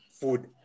food